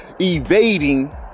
evading